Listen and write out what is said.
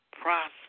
process